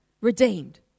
redeemed